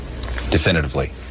Definitively